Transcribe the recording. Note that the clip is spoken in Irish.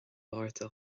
mhárta